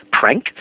prank